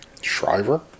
Shriver